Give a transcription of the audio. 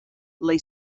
lay